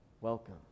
welcome